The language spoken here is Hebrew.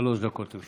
שלוש דקות לרשותך.